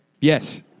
Yes